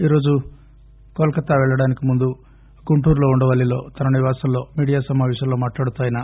ఈరోజు కలకత్తా పెళ్లడానికి ముందుకు గుంటూరులోని ఉండవల్లిలో తన నివాసంలో మీడియా సమాపేశంలో మాట్లాడుతూ ఆయన